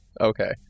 okay